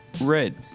Red